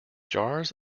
jars